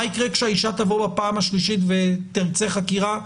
מה יקרה כשהאישה תבוא בפעם השלישית ותרצה חקירה?